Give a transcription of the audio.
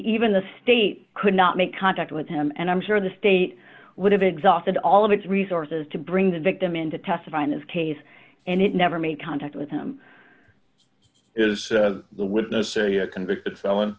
even the state could not make contact with him and i'm sure the state would have exhausted all of its resources to bring the victim in to testify in this case and it never made contact with him is the witness a convicted felon